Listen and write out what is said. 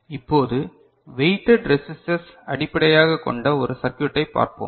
இப்போது weighted resistors அடிப்படையாகக் கொண்ட ஒரு சர்க்யூட்டை பார்ப்போம்